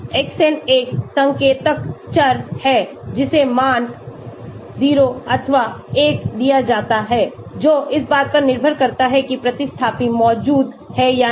Xn एक संकेतक चर है जिसे मान 0 अथवा 1 दिया जाता है जो इस बात पर निर्भर करता है कि प्रतिस्थापी मौजूद है या नहीं